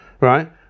right